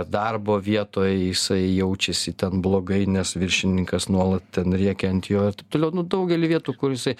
darbo vietoje jisai jaučiasi ten blogai nes viršininkas nuolat ten rėkia ant jo ir taip toliau nu daugely vietų kur jisai